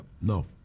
no